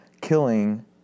killing